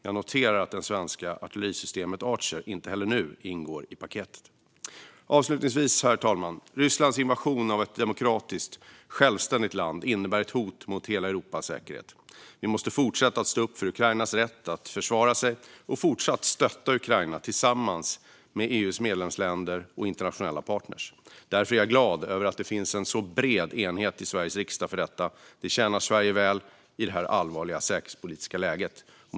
Jag noterar att det svenska artillerisystemet Archer inte heller nu ingår i paketet. Avslutningsvis, herr talman: Rysslands invasion av ett demokratiskt, självständigt land innebär ett hot mot hela Europas säkerhet. Vi måste fortsätta att stå upp för Ukrainas rätt att försvara sig och fortsatt stötta Ukraina tillsammans med EU:s medlemsländer och internationella partner. Därför är jag glad över att det finns en så bred enighet i Sveriges riksdag för detta. Det tjänar Sverige väl i det här allvarliga säkerhetspolitiska läget. Herr talman!